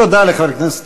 תודה לחבר הכנסת